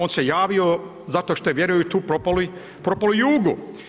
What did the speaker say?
On se javio zato što je vjerovao u tu propalu Jugu.